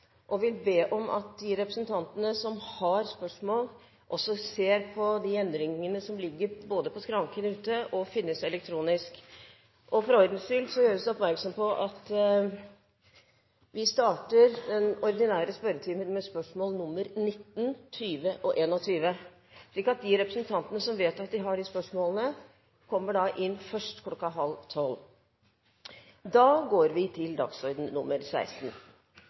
og vil be om at de representantene som har spørsmål, også ser på de endringene som ligger på skranken ute og finnes elektronisk. For ordens skyld gjøres det oppmerksom på at vi starter den ordinære spørretimen med spørsmålene 19, 20 og 21, slik at de representantene som vet at de har de spørsmålene, kommer inn først